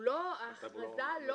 ההכרזה לא